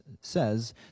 says